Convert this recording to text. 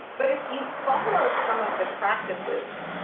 but if you follow some of the practices,